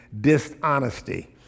dishonesty